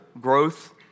growth